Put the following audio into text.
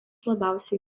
labiausiai